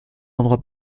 endroit